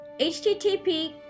http